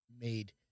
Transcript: made